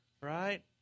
right